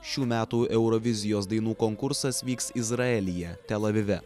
šių metų eurovizijos dainų konkursas vyks izraelyje tel avive